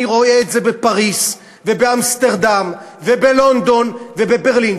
אני רואה את זה בפריז ובאמסטרדם ובלונדון ובברלין.